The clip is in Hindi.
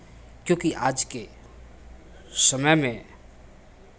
क्योंकि आज के समय में